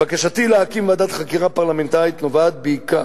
בקשתי להקים ועדת חקירה פרלמנטרית נובעת בעיקר,